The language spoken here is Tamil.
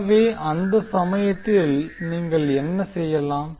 எனவே அந்த சமயத்தில் நீங்கள் என்ன எழுதலாம்